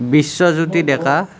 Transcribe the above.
Biswajyoti Deka